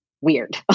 weird